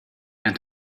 and